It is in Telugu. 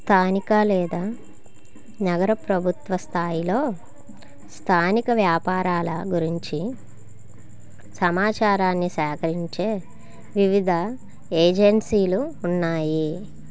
స్థానిక లేదా నగర ప్రభుత్వ స్థాయిలో స్థానిక వ్యాపారాల గురించి సమాచారాన్ని సేకరించే వివిధ ఏజెన్సీలు ఉన్నాయి